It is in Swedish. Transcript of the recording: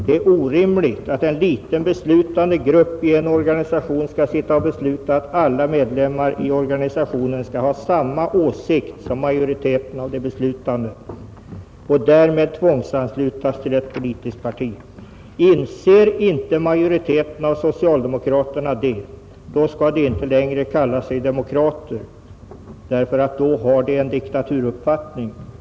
Det är orimligt att en liten beslutande grupp i en organisation skall sitta och besluta om att alla medlemmar i organisationen skall ha samma politiska åsikt som majoriteten av de beslutande och därmed tvångsanslutas till ett politiskt parti. Inser inte majoriteten av socialdemokraterna detta, skall de inte längre kalla sig demokrater, därför att då har de en diktaturuppfattning.